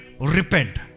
repent